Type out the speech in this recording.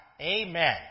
Amen